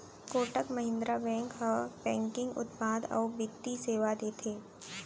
Kotak Mahindra bank ह banking उत्पाद अउ बित्तीय सेवा देथे